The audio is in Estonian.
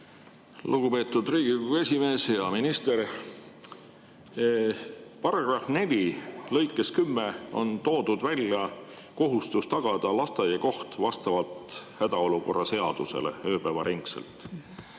Lugupeetud Riigikogu esimees! Hea minister! Paragrahvi 4 lõikes 10 on toodud välja kohustus tagada lasteaiakoht vastavalt hädaolukorra seadusele ööpäevaringselt.